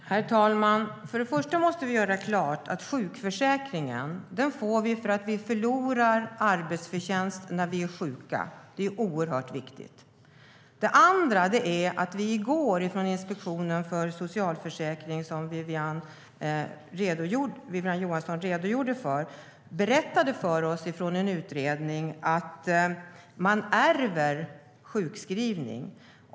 Herr talman! För det första måste vi göra klart att sjukförsäkringen får vi för att vi förlorar arbetsförtjänst när vi är sjuka. Det är oerhört viktigt. För det andra berättade i går Inspektionen för socialförsäkringen, som Wiwi-Anne Johansson redogjorde för, för oss från en utredning att man ärver sjukskrivning.